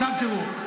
עכשיו תראו,